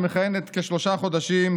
שמכהנת כשלושה חודשים,